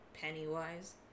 Pennywise